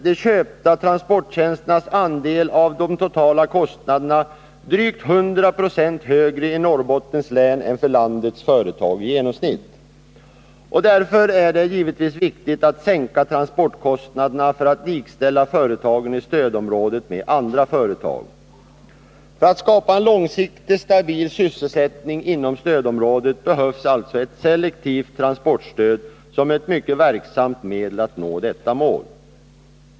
de köpta transporttjänsternas andel av de totala kostnaderna drygt 100 90 högre i Norrbottens län än för landets företag i genomsnitt. Därför är det givetvis viktigt att sänka transportkostnaderna för att kunna likställa företagen i stödområdet med andra företag. För att skapa en långsiktig stabil sysselsättning inom stödområdet behövs alltså ett selektivt transportstöd som ett verksamt medel för att nå detta mål.